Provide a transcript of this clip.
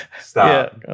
Stop